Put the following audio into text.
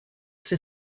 for